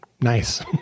nice